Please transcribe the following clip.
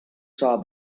saw